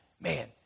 Man